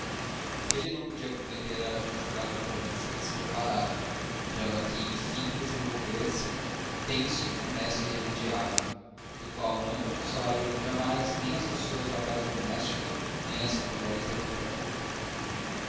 o que ele não podia prometer era conjurar o drama que se lhes preparava drama que ia enfim desenvolver-se intenso funesto e irremediável do qual não o consolariam jamais nem as doçuras da paz doméstica nem as glórias da vida pública